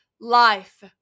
life